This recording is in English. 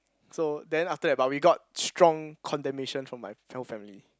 so then after that but we got strong condemnation from my whole family